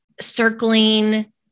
circling